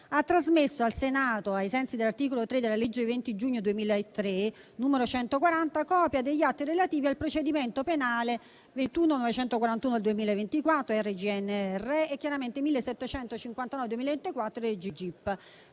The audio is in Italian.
ha trasmesso al Senato, ai sensi dell'articolo 3 della legge 20 giugno 2003, n. 140, copia degli atti relativi al procedimento penale n. 21941/2024 R.G.N.R. - n. 17589/2024 R.G.